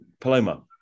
paloma